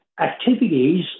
activities